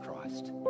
Christ